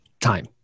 time